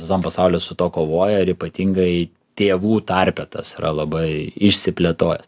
visam pasaulyje su tuo kovoja ir ypatingai tėvų tarpe tas yra labai išsiplėtojęs